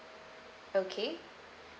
okay